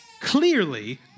Clearly